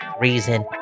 reason